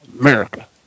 America